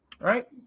Right